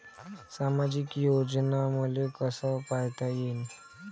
सामाजिक योजना मले कसा पायता येईन?